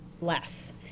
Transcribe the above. less